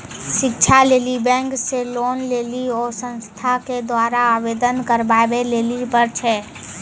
शिक्षा लेली बैंक से लोन लेली उ संस्थान के द्वारा आवेदन करबाबै लेली पर छै?